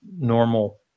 normal